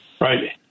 right